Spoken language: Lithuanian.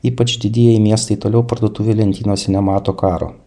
ypač didieji miestai toliau parduotuvių lentynose nemato karo